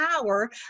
power